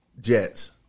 Jets